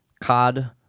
cod